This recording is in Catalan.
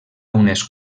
unes